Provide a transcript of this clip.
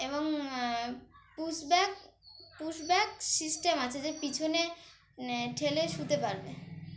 এবং pushback pushback system আছে যে পিছনে ঠেলে শুতে পারবে